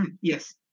Yes